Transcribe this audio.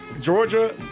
Georgia